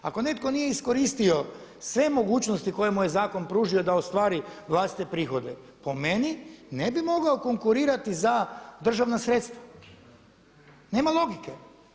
Ako netko nije iskoristio sve mogućnosti koje mu je zakon pružio da ostvari vlastite prihode po meni ne bi mogao konkurirati za državna sredstva, nema logike.